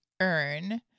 earn